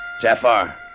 Jafar